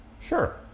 sure